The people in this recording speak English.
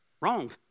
Wrong